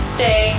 Stay